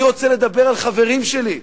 אני רוצה לדבר על חברים שלי,